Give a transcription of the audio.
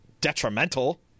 detrimental